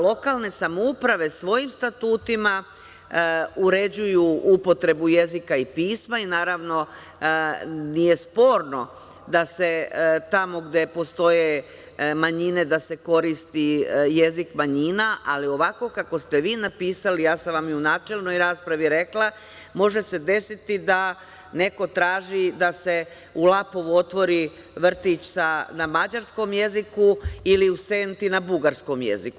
Lokalne samouprave svojim statutima uređuju upotrebu jezika i pisma, i naravno, nije sporno da se tamo gde postoje manjine da se koristi jezik manjina, ali ovako kako ste vi napisali, ja sam vam i u načelnoj raspravi rekla, može se desiti da neko traži da se u Lapovu otvori vrtić na mađarskom jeziku, ili u Senti na bugarskom jeziku.